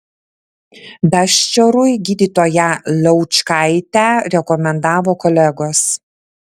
daščiorui gydytoją laučkaitę rekomendavo kolegos